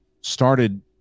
started